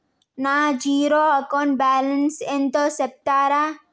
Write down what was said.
నా zero account balance ఎంతో సెప్తారా?